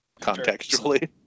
contextually